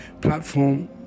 platform